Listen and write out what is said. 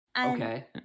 Okay